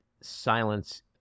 silence